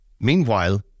Meanwhile